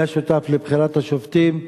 היה שותף לבחירת השופטים,